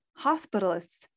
hospitalists